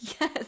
Yes